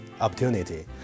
opportunity